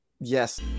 Yes